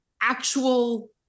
actual